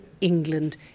England